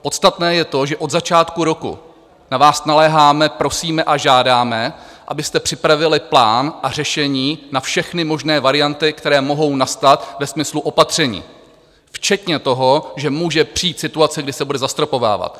Podstatné je to, že od začátku roku na vás naléháme, prosíme a žádáme, abyste připravili plán a řešení na všechny možné varianty, které mohou nastat ve smyslu opatření, včetně toho, že může přijít situace, kdy se bude zastropovávat.